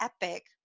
epic